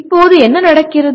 இப்போது என்ன நடக்கிறது